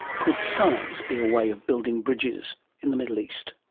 could science be a way of building bridges in the middle east?